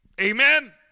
Amen